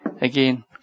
again